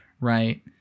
right